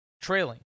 trailing